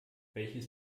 welches